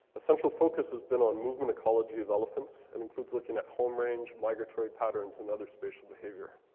a central focus has been on movement ecology of elephants and includes looking at home range, migratory patterns, and other spatial behaviour.